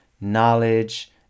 knowledge